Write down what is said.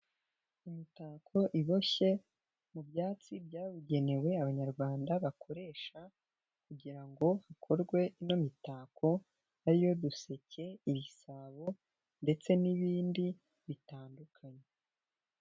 Imitako iboshye mu byatsi byabugenewe abanyarwanda bakoresha kugira ngo hakorwe ino mitako, ari yo duseke, ibisabo ndetse n'ibindi bitandukanye.